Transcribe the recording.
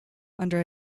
under